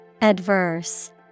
Adverse